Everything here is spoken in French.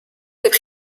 faits